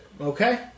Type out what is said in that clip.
Okay